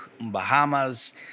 Bahamas